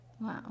Wow